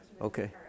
Okay